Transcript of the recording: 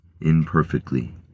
Imperfectly